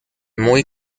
muy